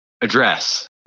address